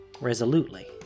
resolutely